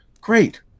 Great